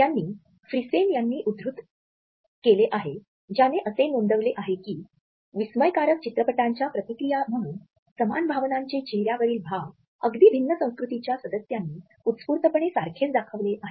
त्यांनी फ्रिसेन यांना उद्धृत केले आहे ज्याने असे नोंदविले आहे की विस्मयकारक चित्रपटाच्या प्रतिक्रिया म्हणून समान भावनांचे चेहऱ्या वरील भाव अगदी भिन्न संस्कृतीच्या सदस्यांनी उत्स्फूर्तपणे सारखेच दाखविले होते